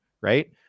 Right